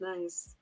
Nice